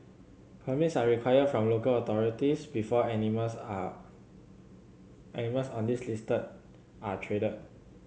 permits are required from local authorities before animals are animals on this list are traded